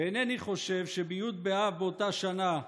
ואינני חושב שבי' באב באותה שנה,